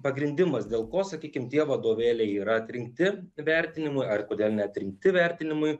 pagrindimas dėl ko sakykim tie vadovėliai yra atrinkti vertinimui ar kodėl netrinkti vertinimui